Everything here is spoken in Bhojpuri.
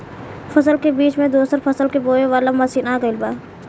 फसल के बीच मे दोसर फसल के बोवे वाला मसीन आ गईल बा